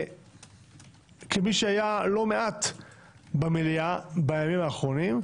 כמי שהיה לא מעט במליאה בימים האחרונים,